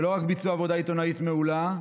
שלא רק שביצעו עבודה עיתונאית מעולה,